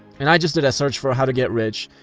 and i just did a search for how to get rich,